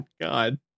God